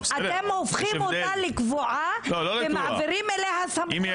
אתם הופכים אותה לקבועה ומעבירים אליה סמכויות.